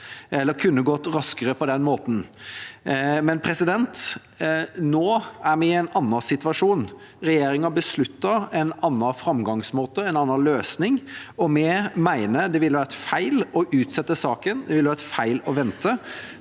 det kunne gått raskere på den måten, men nå er vi i en annen situasjon, regjeringen har besluttet en annen framgangsmåte og en annen løsning, og vi mener det ville vært feil å utsette saken, og det ville vært feil å vente.